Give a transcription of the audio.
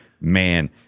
man